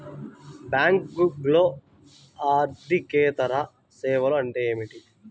బ్యాంకింగ్లో అర్దికేతర సేవలు ఏమిటీ?